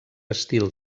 estil